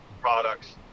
products